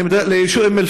אני מדבר על אום-אלפחם,